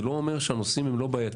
זה לא אומר שהנושאים הם לא בעייתיים,